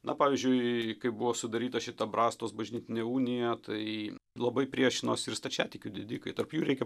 na pavyzdžiui kai buvo sudaryta šita brastos bažnytinė unija tai labai priešinosi ir stačiatikių didikai tarp jų reikia